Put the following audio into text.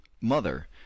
mother